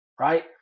right